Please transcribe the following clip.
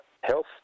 health